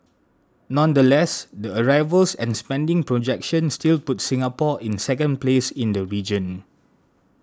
nonetheless the arrivals and spending projections still put Singapore in second place in the region